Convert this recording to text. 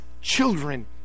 children